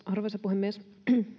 arvoisa puhemies